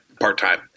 part-time